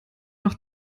noch